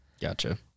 Gotcha